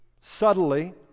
subtly